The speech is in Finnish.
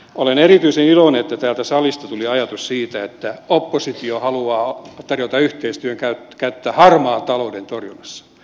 olen erityisen iloinen että täältä salista tuli ajatus siitä että oppositio haluaa tarjota yhteistyön kättä harmaan talouden torjunnassa